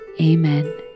Amen